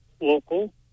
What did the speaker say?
local